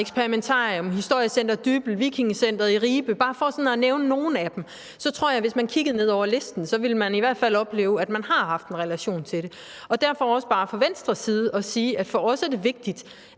Experimentarum, Historiecenter Dybbøl Banke, Ribe VikingeCenter – bare for sådan at nævne nogle af dem – så tror jeg, at man, hvis man kigger ned over listen, i hvert fald vil opleve, at man har haft en relation til dem. Derfor vil jeg også bare fra Venstres side sige, at for os er det vigtigt,